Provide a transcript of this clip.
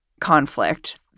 conflict